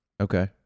okay